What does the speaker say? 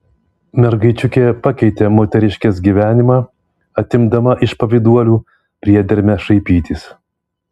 mergaičiukė pakeitė moteriškės gyvenimą atimdama iš pavyduolių priedermę šaipytis